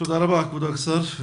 תודה רבה כבוד השר.